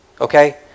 Okay